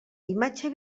imatge